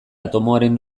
atomoaren